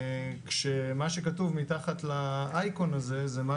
כשמה שכתוב מתחת לאייקון הזה זה מה